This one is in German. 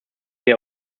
der